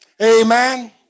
Amen